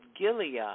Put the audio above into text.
Gilead